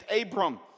Abram